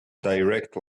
direct